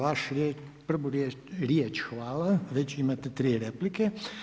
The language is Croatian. Na vašu prvu riječ hvala već imate tri replike.